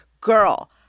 Girl